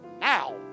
now